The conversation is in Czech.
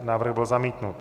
Návrh byl zamítnut.